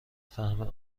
فهم